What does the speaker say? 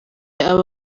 aba